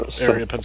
area